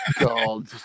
God